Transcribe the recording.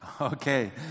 Okay